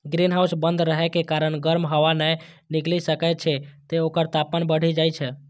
greenhouse बंद रहै के कारण गर्म हवा नै निकलि सकै छै, तें ओकर तापमान बढ़ि जाइ छै